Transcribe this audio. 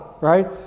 right